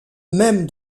même